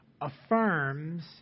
affirms